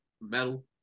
metal